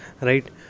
right